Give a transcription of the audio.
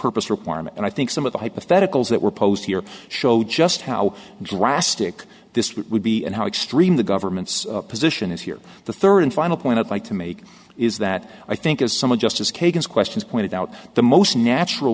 purpose requirement and i think some of the hypotheticals that were posed here show just how drastic this would be and how extreme the government's position is here the third and final point i'd like to make is that i think as some of justice kagan's questions pointed out the most natural